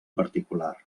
particular